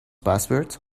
password